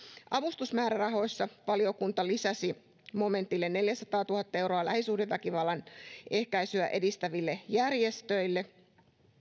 avustusmäärärahoissa valiokunta lisäsi momentille neljäsataatuhatta euroa lähisuhdeväkivallan ehkäisyä edistäville järjestöille